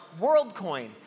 WorldCoin